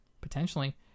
Potentially